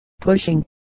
pushing